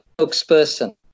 Spokesperson